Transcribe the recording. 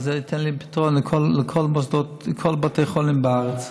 וזה ייתן לי פתרון לכל בתי החולים בארץ.